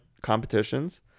competitions